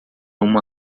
uma